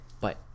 But-